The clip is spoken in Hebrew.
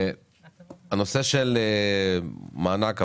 בנושא של מענק עבודה,